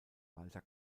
walter